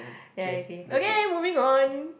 ya okay okay moving on